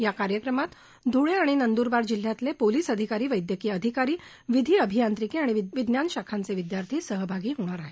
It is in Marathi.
या कार्यक्रमात धुळे आणि नंदुरबार जिल्ह्यातले पोलीस अधिकारी वैद्यकीय अधिकारी विधी अभियांत्रिकी आणि विज्ञान शाखांचे विद्यार्थी सहभागी होणार आहेत